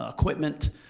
ah equipment,